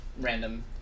random